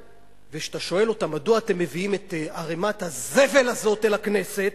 וכשאתה שואל אותם: מדוע אתם מביאים את ערימת הזבל הזאת אל הכנסת?